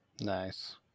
Nice